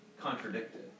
contradicted